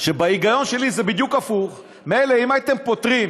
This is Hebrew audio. ובהיגיון שלי זה בדיוק הפוך: מילא אם הייתם פוטרים